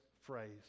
phrase